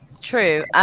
True